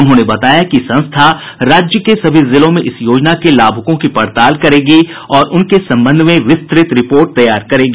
उन्होंने बताया कि संस्था राज्य के सभी जिलों में इस योजना के लाभुकों की पड़ताल करेगी और उनके संबंध में विस्तृत रिपोर्ट तैयार करेगी